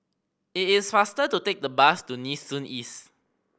it is faster to take the bus to Nee Soon East